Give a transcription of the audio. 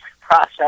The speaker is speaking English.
process